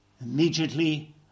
Immediately